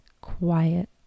quiet